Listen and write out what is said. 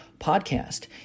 podcast